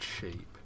cheap